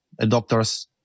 adopters